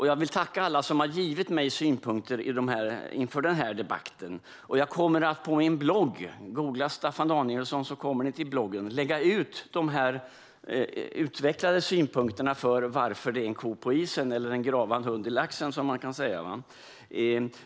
Jag vill tacka alla som har givit mig synpunkter inför den här debatten, och jag kommer att på min blogg - googla "Staffan Danielsson" så kommer ni till bloggen - lägga ut de utvecklade synpunkterna rörande varför det är en ko på isen eller en gravad hund i laxen, som man kan säga.